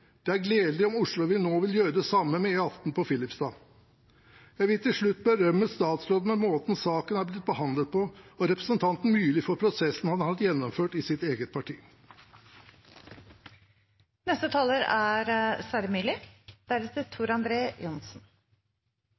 Det er gledelig om Oslo nå vil gjøre det samme med E18 på Filipstad. Jeg vil til slutt berømme statsråden for måten saken har blitt behandlet på, og representanten Myrli for prosessen han har gjennomført i sitt eget